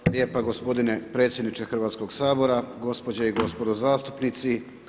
Hvala lijepo gospodine predsjedniče Hrvatskog sabora, gospođe i gospodo zastupnici.